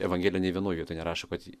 evangelija nė vienoj vietoj nerašo kad